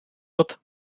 wird